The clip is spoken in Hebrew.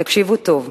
תקשיבו טוב,